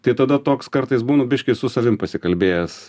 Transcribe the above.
tai tada toks kartais būnu biškį su savim pasikalbėjęs